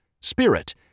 Spirit